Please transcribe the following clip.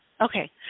Okay